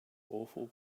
awful